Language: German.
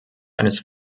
eines